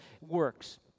works